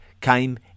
came